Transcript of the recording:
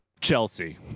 Chelsea